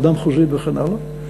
ועדה מחוזית וכן הלאה,